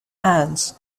hands